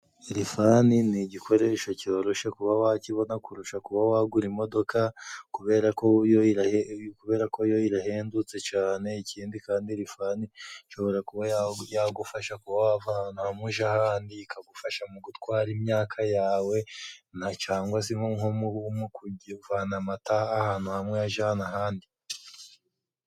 Rifani ni igikoresho cyoroshe kuba wakibona kurusha kuba wagura imodoka, kubera ko yo irahe kubera ko yo irahendutse cane. Ikindi kandi rifani ishobora kuba yagufasha kuba wava ahantu hamwe uja ahandi. Ikagufasha mu gutwara imyaka yawe, na cangwa se nko mu mu kuvana amata ahantu hamwe uyajana ahandi.